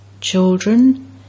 Children